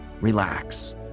Relax